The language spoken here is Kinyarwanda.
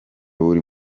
buri